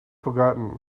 forgotten